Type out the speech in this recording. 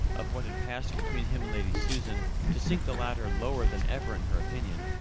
of what had passed between him and lady susan to sink the latter lower than ever in her opinion,